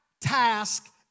task